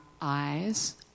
eyes